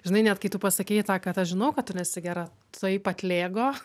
žinai net kai tu pasakei tą kad aš žinau kad tu nesi gera taip atlėgo